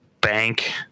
bank